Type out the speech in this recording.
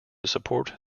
support